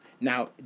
Now